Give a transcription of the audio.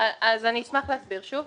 אני אשמח להסביר שוב.